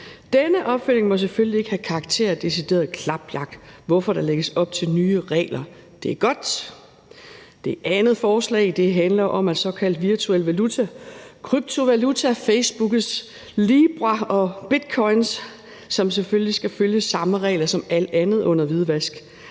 Denne opfølgning må selvfølgelig ikke have karakterer decideret klapjagt, hvorfor der lægges op til nye regler. Det er godt. Det andet forslag handler om, at såkaldt virtuel valuta – kryptovaluta, Facebooks libra og bitcoins – selvfølgelig skal følge samme regler som alt andet under hvidvask.